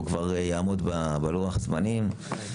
הוא יעמוד בלוח זמנים.